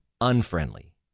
unfriendly